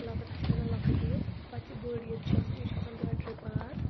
لۄکٕٹ تَتھ چھِ وَنان لۄکٕٹ عیٖد پتہٕ یہِ بٕڈ عیٖد چھِ آسان یہِ چھِ آسان ڈۄڑِ رٮ۪تھ باد